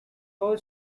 all